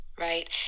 Right